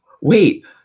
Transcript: Wait